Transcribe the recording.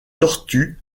tortues